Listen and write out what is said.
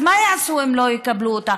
אז מה יעשו אם לא יקבלו אותה?